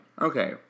Okay